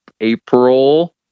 April